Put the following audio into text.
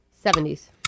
Seventies